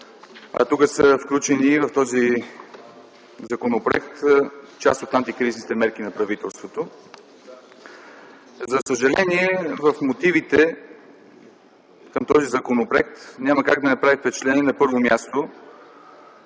са включени част от антикризисните мерки на правителството. За съжаление в мотивите към този законопроект няма как да не прави впечатление на първо място,